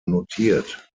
notiert